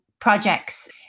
projects